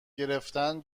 گرفتن